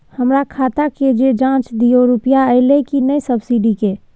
हमर खाता के ज जॉंच दियो रुपिया अइलै की नय सब्सिडी के?